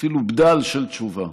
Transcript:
אפילו בדל של תשובה.